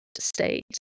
state